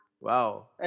wow